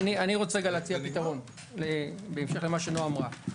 רוצה להציע פתרון בהמשך למה שנעה אמרה.